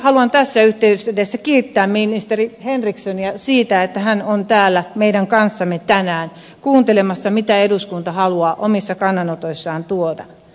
haluan tässä yhteydessä kiittää ministeri henrikssonia siitä että hän on täällä meidän kanssamme tänään kuuntelemassa mitä eduskunta haluaa omissa kannanotoissaan tuoda